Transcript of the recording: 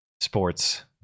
sports